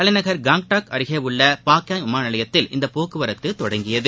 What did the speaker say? தலைநகர் காங்டாக் அருகே உள்ள பாக்பாங் விமான நிலையத்தில் இந்தப் போக்குவரத்து தொடங்கியது